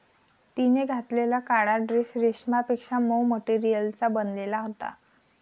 तिने घातलेला काळा ड्रेस रेशमापेक्षा मऊ मटेरियलचा बनलेला होता